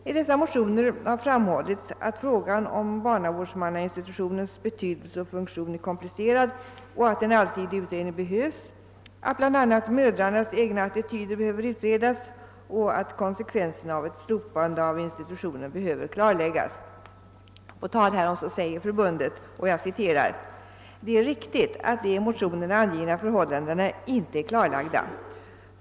I motionerna har framhållits att frågan om barnavårdsmannainstitutionens betydelse och funktion är komplicerad, att en allsidig utredning behövs, att bl.a. mödrarnas egna attityder behöver utredas och att konsekvenserna av ett slopande av institutionen behöver klarläggas. Förbundet skriver: »Det är riktigt att de i motionerna angivna förhållandena inte är klarlagda.